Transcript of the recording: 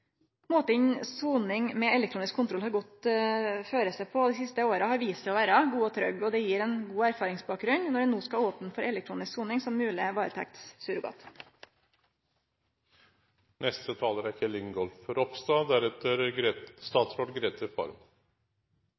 Måten soning med elektronisk kontroll har gått føre seg på dei siste åra, har vist seg å vere god og trygg. Det gir ein god erfaringsbakgrunn når ein no skal opne for elektronisk soning som